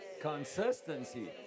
consistency